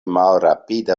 malrapida